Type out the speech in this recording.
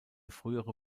frühere